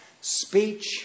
speech